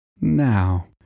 Now